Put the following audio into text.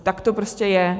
Tak to prostě je.